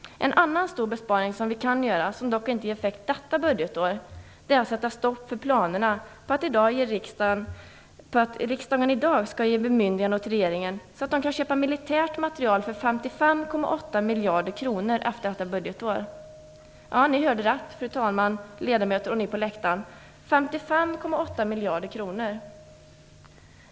En annan stor besparing som vi kan göra, men som inte får någon effekt detta budgetår, är att sätta stopp för planerna på att riksdagen skall ge bemyndigande åt regeringen att köpa militärt materiel för 55,8 miljarder kronor efter detta budgetår. Ja, fru talman, ledamöter och ni på läktaren, ni hörde rätt - 55,8 miljarder kronor!